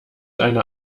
einer